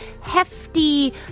hefty